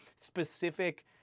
specific